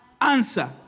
answer